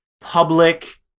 public